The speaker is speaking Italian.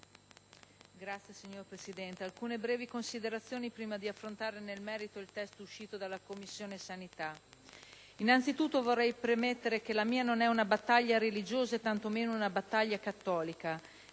*(PdL)*. Signora Presidente, svolgerò alcune brevi considerazioni, prima di affrontare nel merito il testo licenziato dalla Commissione sanità. Innanzitutto, vorrei premettere che la mia non è una battaglia religiosa e tanto meno una battaglia cattolica.